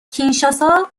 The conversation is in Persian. کینشاسا